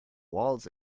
walls